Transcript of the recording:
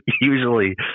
usually